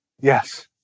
Yes